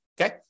okay